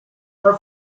her